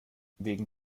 wegen